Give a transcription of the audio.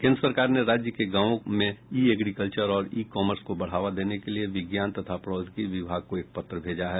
केन्द्र सरकार ने राज्य के गांवों में ई एग्रीकल्चर और ई कामर्स को बढ़ावा देने के लिए विज्ञान तथा प्रौद्योगिकी विभाग को एक पत्र भेजा है